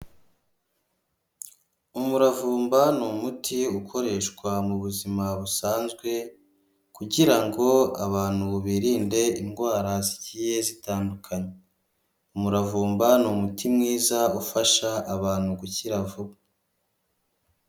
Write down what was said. Umuravumba ni umuti ukoreshwa mu buzima busanzwe, kugira ngo abantu birinde indwara zigiye zitandukanye, umuravumba ni umuti mwiza ufasha abantu gukira vuba.